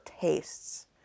tastes